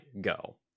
go